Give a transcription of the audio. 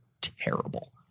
terrible